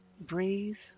Breathe